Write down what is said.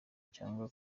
cyangwa